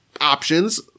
options